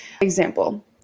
example